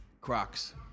Crocs